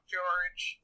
George